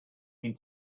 been